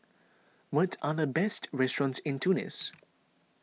what are the best restaurants in Tunis